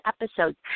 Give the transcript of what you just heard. episodes